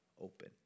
open